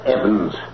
Evans